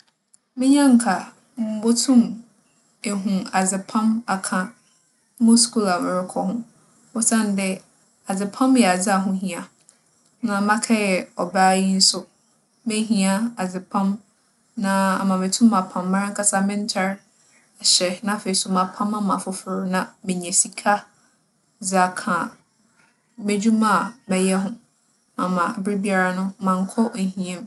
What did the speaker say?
Menya a nka mubotum ehu adzepam aka mo skuul a morokͻ ho osiandɛ adzepam yɛ adze ho ohia, na makɛyɛ ͻbaa yi so, mehia adzepam na ama metum apam marankasa me ntar ahyɛ. Na afei so, mapam ama afofor na menya sika dze aka m'edwuma a mɛyɛ ho. Ama aberbiara no, mannkͻ ohia mu.